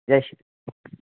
जय श्रीः